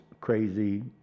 crazy